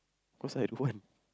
cause I don't want